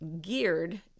geared